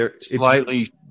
slightly